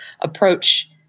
approach